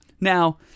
Now